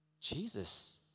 Jesus